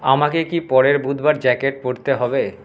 আমাকে কি পরের বুধবার জ্যাকেট পরতে হবে